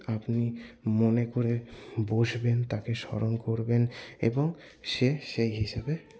আপনি মনে করে বসবেন তাকে স্মরণ করবেন এবং সে সেই হিসেবে